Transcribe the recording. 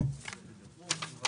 ונתחדשה